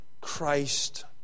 Christ